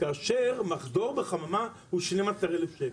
כאשר מחזור בחממה הוא 12 אלף שקל,